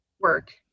work